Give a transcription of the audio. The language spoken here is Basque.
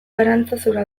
arantzazura